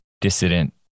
dissident